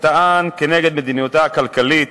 וטען כנגד מדיניותה הכלכלית